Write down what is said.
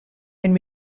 and